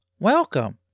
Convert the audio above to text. Welcome